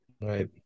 Right